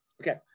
Okay